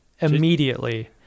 immediately